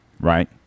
right